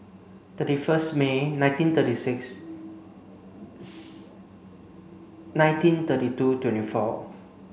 thirty first May nineteen thirty six nineteen thirty two twenty four